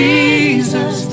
Jesus